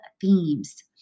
themes